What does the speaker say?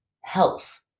health